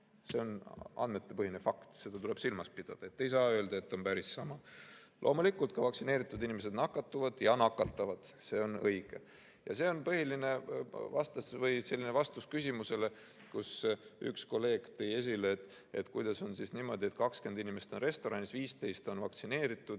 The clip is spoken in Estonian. See on andmetepõhine fakt ja seda tuleb silmas pidada, nii et ei saa öelda, et on päris sama. Loomulikult ka vaktsineeritud inimesed nakatuvad ja nakatavad, see on õige. Ja see on põhiline vastus küsimusele, mille üks kolleeg tõi esile, et kuidas on niimoodi, et kui restoranis on kakskümmend